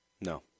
No